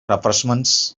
refreshments